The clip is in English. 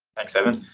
thanks evan.